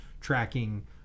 tracking